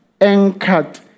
Anchored